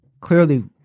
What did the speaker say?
Clearly